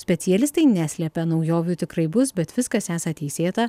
specialistai neslepia naujovių tikrai bus bet viskas esą teisėta